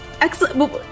Excellent